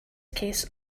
case